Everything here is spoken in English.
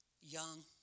young